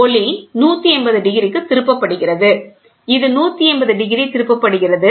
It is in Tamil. ஒளி 180 டிகிரி திருப்பப்படுகிறது இது 180 டிகிரி திருப்பப்படுகிறது